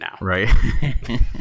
right